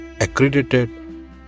accredited